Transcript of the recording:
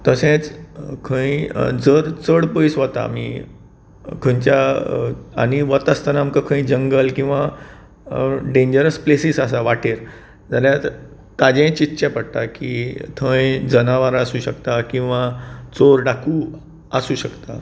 तशेंच खंय जर चड पयस वता आमी खंयच्या आनी वता आसतना आमकां खंय जंगल किंवा डेन्जरस प्लेसिस आसा वाटेर जाल्यार ताजेय चितचे पडटा की थंय जनावरां आसूं शकता किंवा चोर डाकू आसूं शकता